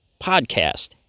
podcast